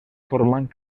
formant